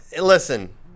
listen